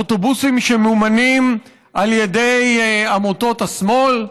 אוטובוסים שמממונים על ידי עמותות השמאל.